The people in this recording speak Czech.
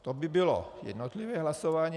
To by bylo jednotlivé hlasování.